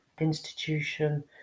institution